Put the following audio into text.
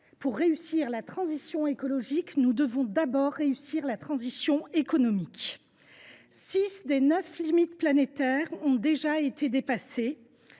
pour réussir la transition écologique, il faut déjà réussir la transition économique. Six des neuf limites planétaires ont déjà été dépassées